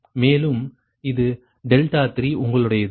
மேலும் இது 3உங்களுடையது